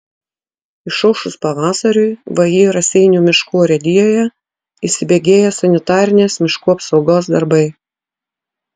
išaušus pavasariui vį raseinių miškų urėdijoje įsibėgėja sanitarinės miškų apsaugos darbai